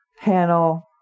panel